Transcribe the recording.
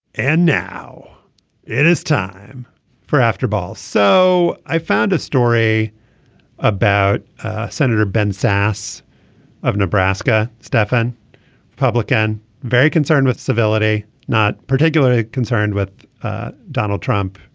and now it is time for after balls. so i found a story about senator ben sasse of nebraska. stefan publican very concerned with civility. not particularly concerned with donald trump